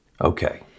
Okay